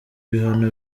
bihano